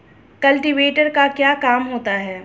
Cultivator का क्या काम होता है?